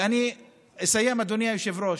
ואני אסיים, אדוני היושב-ראש: